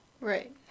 Right